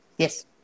Yes